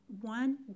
one